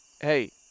Hey